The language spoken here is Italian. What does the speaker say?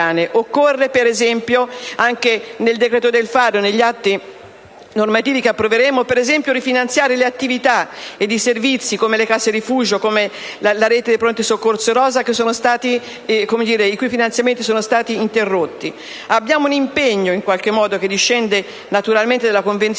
Occorre per esempio, anche nel decreto «del fare» e negli atti normativi che approveremo, rifinanziare le attività ed i servizi, come le case rifugio e la rete dei pronto soccorso rosa, i cui finanziamenti sono stati interrotti. Abbiamo un impegno in qualche modo, che discende naturalmente dalla Convenzione: